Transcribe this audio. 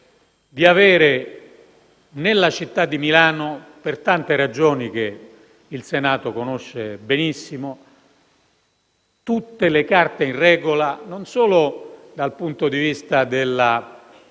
di avere con la città di Milano, per tante ragioni che il Senato conosce benissimo, tutte le carte in regola, non solo dal punto di vista